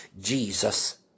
Jesus